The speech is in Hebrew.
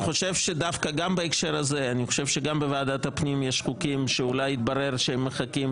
גם בהקשר הזה אני חושב שגם בוועדת הפנים יש חוקים שאולי יתברר שהם מחכים